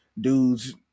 dudes